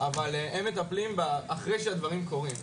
אבל הם מטפלים אחרי שהדברים קורים.